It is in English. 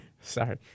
Sorry